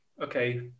okay